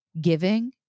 giving